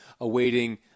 awaiting